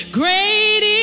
great